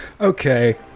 Okay